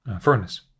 furnace